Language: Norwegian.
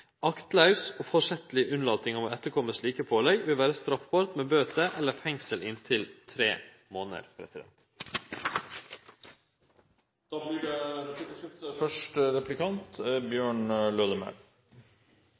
Aktlaus og forsettleg unnlating av å etterkomme slike pålegg vil vere straffbart med bøter eller fengsel inntil tre månader.